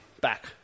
back